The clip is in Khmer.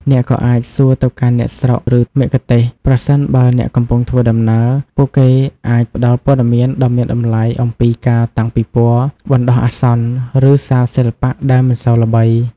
អ្នកក៏អាចសួរទៅកាន់អ្នកស្រុក ឬមគ្គុទ្ទេសក៍ ប្រសិនបើអ្នកកំពុងធ្វើដំណើរ ពួកគេអាចផ្តល់ព័ត៌មានដ៏មានតម្លៃអំពីការតាំងពិពណ៌បណ្តោះអាសន្ន ឬសាលសិល្បៈដែលមិនសូវល្បី។